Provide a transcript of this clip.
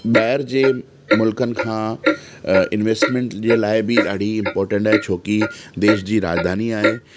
ॿाहिरि जे मुल्क़नि खां इंवेस्टमेंट जे लाइ बि ॾाढी इंपोर्टेंट आहे छोकि देश जी राजधानी आहे